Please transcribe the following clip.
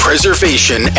Preservation